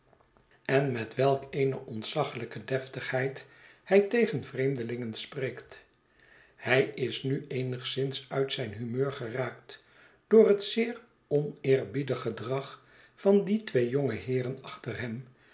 en met welk eene ontzaglijke deftigheid hij tegen vreemdelingen spreekt hij is nu eenigszins uit zijn humeur geraakt door het zeer oneerbiedig gedrag van die twee jonge heeren achterhem die